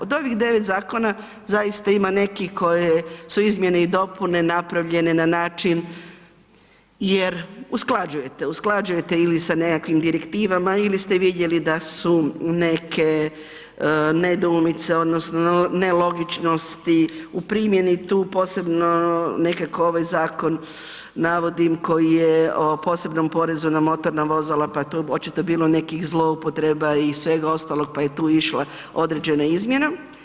Od ovih 9 zakona zaista ima nekih koje su izmjene i dopune napravljene na način jer usklađujete, usklađujete ili sa nekakvim direktivama ili ste vidjeli da su neke nedoumice odnosno nelogičnosti u primjeni tu, posebno nekako ovaj zakon navodim koji je o posebnom porezu na motorna vozila pa je tu očito bilo nekih zloupotreba i svega ostalog pa je tu išla određena izmjena.